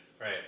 Right